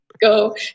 Go